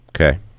Okay